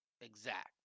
exact